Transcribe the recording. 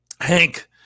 Hank